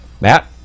Matt